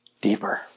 deeper